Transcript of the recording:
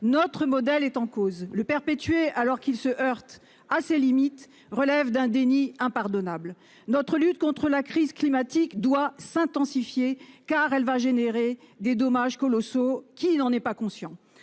Notre modèle est en cause le perpétuer alors qu'il se heurte à ses limites, relève d'un déni impardonnable notre lutte contre la crise climatique doit s'intensifier car elle va générer des dommages colossaux qui n'en est pas conscient